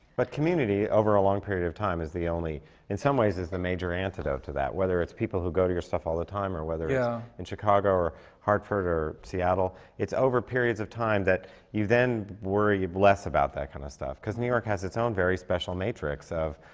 but community, over a long period of time, is the only in some ways, is the major antidote to that, whether it's people who go to your stuff all the time yeah. or whether yeah in chicago or hartford or seattle, it's over periods of time that you then worry less about that kind of stuff. because new york has its own very special matrix of,